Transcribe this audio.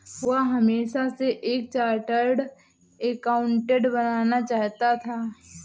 वह हमेशा से एक चार्टर्ड एकाउंटेंट बनना चाहता था